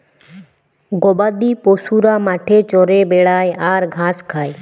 গবাদি পশুরা মাঠে চরে বেড়ায় আর ঘাঁস খায়